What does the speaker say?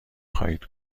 خواهید